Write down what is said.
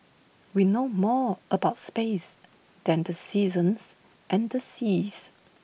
we know more about space than the seasons and the seas